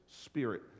spirit